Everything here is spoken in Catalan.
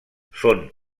són